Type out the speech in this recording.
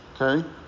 okay